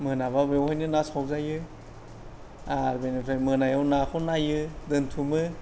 मोनाब्ला बेवहायनो ना सावजायो आर बेनिफ्राय मोनायाव नाखौ नायो दोनथुमो